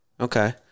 Okay